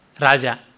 Raja